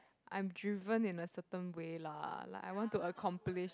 I'm driven in a certain way lah like I want to accomplish